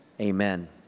Amen